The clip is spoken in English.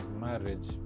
marriage